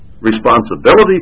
responsibility